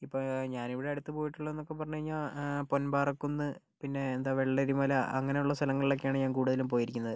ഇപ്പം ഞാനിവിടെ അടുത്തു പോയിട്ടുള്ളത് എന്നൊക്കെ പറഞ്ഞു കഴിഞ്ഞാൽ പൊൻപാറകുന്ന് പിന്നെ എന്താ വെള്ളരിമല അങ്ങനെയുള്ള സ്ഥലങ്ങളിലൊക്കെയാണ് ഞാൻ കൂടുതലും പോയിരിക്കുന്നത്